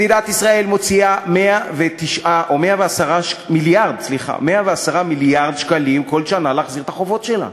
מדינת ישראל מוציאה 110 מיליארד שקלים כל שנה להחזרת החובות שלה.